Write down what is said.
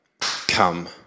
come